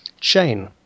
chain